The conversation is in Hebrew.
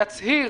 יצהיר